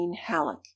halleck